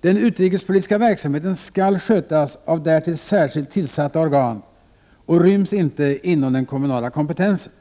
Den utrikespolitiska verksamheten skall skötas av därtill särskilt tillsatta organ och ryms inte inom den kommunala kompetensen.